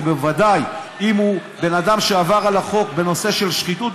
ובוודאי אם הוא בן אדם שעבר על החוק בנושא של שחיתות,